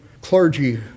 clergy